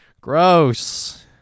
Gross